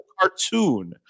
cartoon